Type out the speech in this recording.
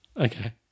Okay